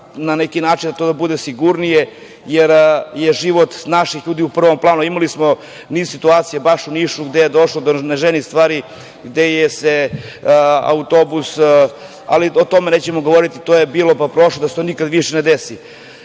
na neki način da to bude sigurnije, jer je život naših ljudi u prvom planu. Imali smo niz situacija baš u Nišu gde je došlo do neželjenih stvari, gde se autobus, ali o tome nećemo govoriti, to je bilo pa prošlo i da se nikada više ne desi. Što